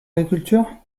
l’agriculture